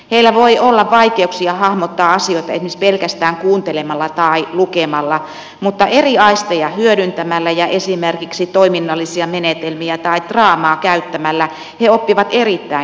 heillä voi olla vaikeuksia hahmottaa asioita esimerkiksi pelkästään kuuntelemalla tai lukemalla mutta eri aisteja hyödyntämällä ja esimerkiksi toiminnallisia menetelmiä tai draamaa käyttämällä he oppivat erittäin hyvin